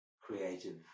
Creative